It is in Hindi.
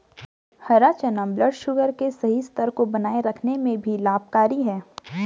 हरा चना ब्लडशुगर के सही स्तर को बनाए रखने में भी लाभकारी है